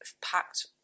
packed